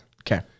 Okay